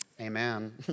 amen